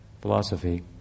philosophy